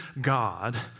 God